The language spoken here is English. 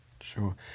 Sure